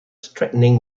strengthening